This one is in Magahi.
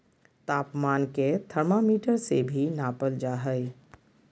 तापमान के थर्मामीटर से भी नापल जा हइ